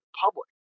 public